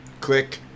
click